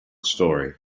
story